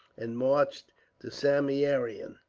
and marched to samieaveram,